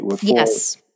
Yes